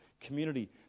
Community